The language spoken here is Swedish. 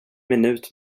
minut